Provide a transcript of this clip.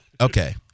Okay